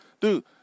dude